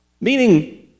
meaning